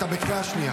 אתה בקריאה שנייה.